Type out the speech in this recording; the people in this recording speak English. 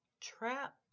trap